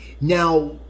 Now